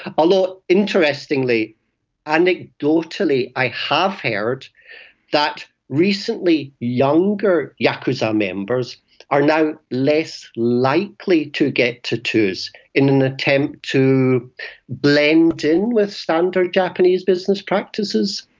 ah although interestingly anecdotally i have heard that recently younger yakuza members are now less likely to get tattoos in an attempt to blend in with standard japanese business practices.